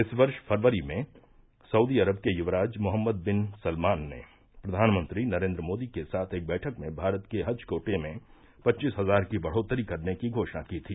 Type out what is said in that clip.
इस वर्ष फरवरी में सऊदी अरब के युवराज मोहम्मद विन सलमान ने प्रधानमंत्री नरेन्द्र मोदी के साथ एक बैठक में भारत के हज कोटे में पच्चीस हजार की बढोत्तरी करने की घोषणा की थी